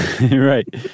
Right